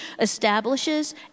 establishes